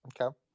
Okay